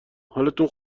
حالتون